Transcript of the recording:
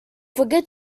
forget